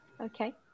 Okay